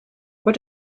what